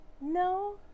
No